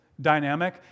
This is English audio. dynamic